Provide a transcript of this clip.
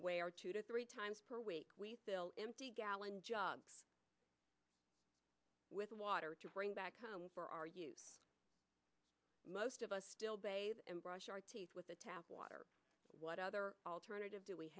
where two to three times per week we fill empty gallon jugs with water to bring back home for our use most of us still bathe and brush our teeth with the tap water what other alternative do we